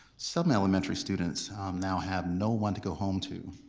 some elementary students now have no one to go home to.